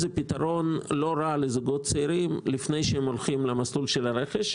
זה פתרון לא רע לזוגות צעירים לפני שהם הולכים למסלול של הרכש.